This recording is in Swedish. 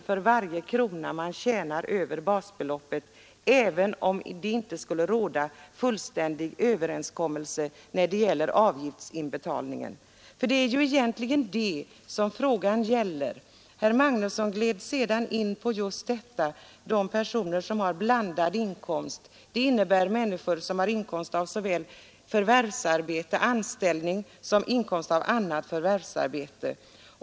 För varje krona man tjänar över basbeloppet får man alltså ATP-pension, även om det inte råder fullständig överensstämmelse när det gäller avgiftsinbetalningen. Det är egentligen det frågan gäller. Herr Magnusson kom sedan in på pensionsförhållandena för de personer som har blandad inkomst, dvs. inkomst av såväl anställning som inkomst av annat förvärvsarbete.